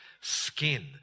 skin